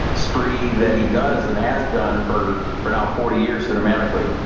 spree that he does and has done for for now forty years cinematically